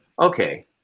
Okay